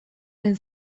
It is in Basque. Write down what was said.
den